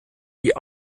die